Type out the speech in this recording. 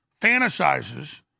fantasizes